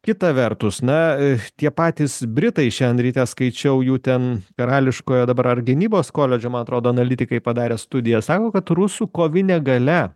kita vertus na tie patys britai šiandien ryte skaičiau jų ten karališkojo dabar ar gynybos koledže man atrodo analitikai padarė studiją sako kad rusų kovinė galia